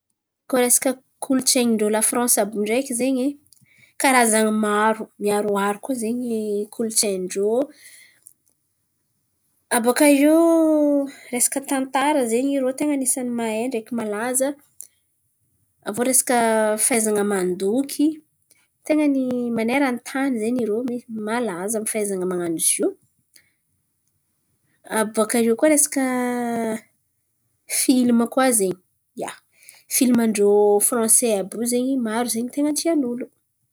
Koa resaka kolontsain̈in-drô la Fransy àby io ndreky zen̈y, karazan̈a maro miaroaro koa zen̈y kolontsain̈in-drô. Abôkaiô resaka tantara zen̈y irô ten̈a ny anisany mahay ndreky malaza aviô resaka fahaizan̈a mandoky. ten̈a ny manerantany zen̈y irô miha malaza amy fahaizan̈a man̈ano zio. Abôkaiô koa resaka filma koa zen̈y, ia, filman-drô fransay àby io zen̈y maro zen̈y ten̈a tianolo.